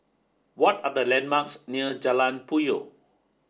what are the landmarks near Jalan Puyoh